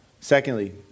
Secondly